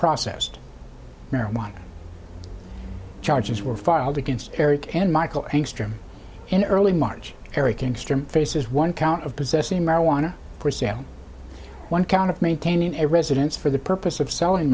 processed marijuana charges were filed against eric and michael angstrom in early march eric instrument faces one count of possessing marijuana for sale one count of maintaining a residence for the purpose of selling